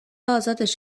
ازادش